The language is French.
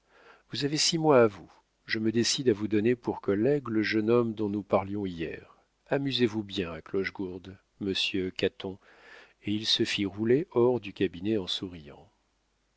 vous avez six mois à vous je me décide à vous donner pour collègue le jeune homme dont nous parlions hier amusez-vous bien à clochegourde monsieur caton et il se fit rouler hors du cabinet en souriant